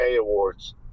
Awards